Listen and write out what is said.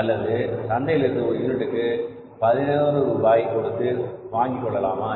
அல்லது சந்தையிலிருந்து ஒரு யூனிட்டுக்கு பதினோரு ரூபாய் கொடுத்து வாங்கிக் கொள்ளலாமா